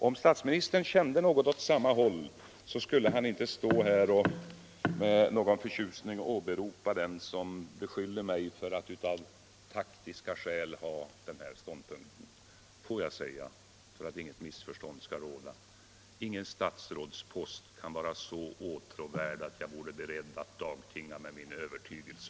Om statsministern kände något åt samma håll skulle han inte stå här och med förtjusning åberopa dem som beskyller mig för att av taktiska skäl inta denna ståndpunkt. Får jag för att inget missförstånd skall råda säga: Ingen statsrådspost kan vara så åtråvärd att jag vore beredd att dagtinga med min övertygelse.